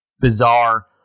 bizarre